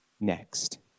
next